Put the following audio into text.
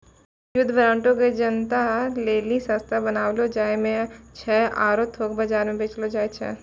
युद्ध बांडो के जनता लेली सस्ता बनैलो जाय छै आरु थोक बजारो मे बेचलो जाय छै